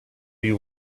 you